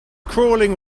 crawling